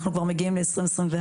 אנחנו כבר מגיעים ל-2023-2024,